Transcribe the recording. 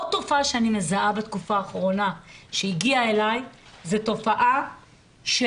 עוד תופעה שאני מזהה בתקופה האחרונה שהגיעה אליי זו תופעה של